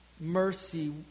mercy